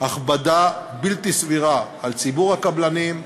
הכבדה בלתי סבירה על ציבור הקבלנים,